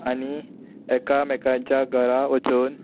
आनी एकामेकांच्या घरा वचून